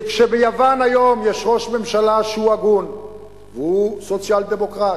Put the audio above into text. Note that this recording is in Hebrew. כי כשביוון היום יש ראש ממשלה שהוא הגון והוא סוציאל-דמוקרט,